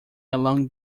along